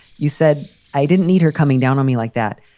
you said i didn't need her coming down on me like that.